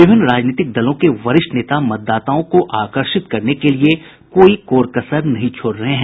विभिन्न राजनीतिक दलों के वरिष्ठ नेता मतदाताओं को आकर्षित करने के लिए कोई कोर कसर नहीं छोड़ रहे हैं